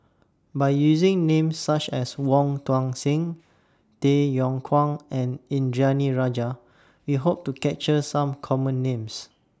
By using Names such as Wong Tuang Seng Tay Yong Kwang and Indranee Rajah We Hope to capture Some Common Names